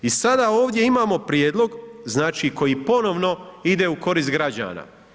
I sada ovdje imamo prijedlog znači koji ponovno ide u korist građana.